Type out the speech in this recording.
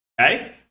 Okay